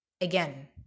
Again